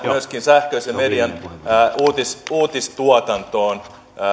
myöskin sähköisen median uutistuotantoon